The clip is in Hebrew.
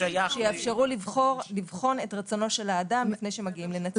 שיאפשרו לבחון את רצונו של האדם לפני שמגיעים לנציג.